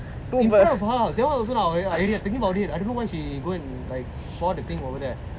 in front of her house that [one] also not our area thinking about it I don't know why she pour the thing over there